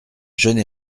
jeune